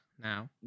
now